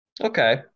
Okay